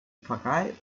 pfarrei